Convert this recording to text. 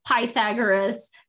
Pythagoras